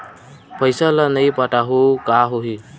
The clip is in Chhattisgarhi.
पईसा ल नई पटाहूँ का होही?